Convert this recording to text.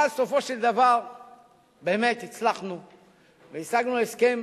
אבל בסופו של דבר באמת הצלחנו והשגנו הסכם